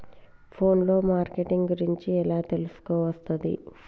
Phone లో marketing గురించి ఎలా తెలుసుకోవస్తది?